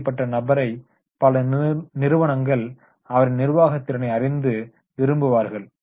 இப்படிப்பட்ட நபரை பல நிறுவனங்கள் அவரின் நிர்வாகத் திறனை அறிந்து விரும்புவார்கள்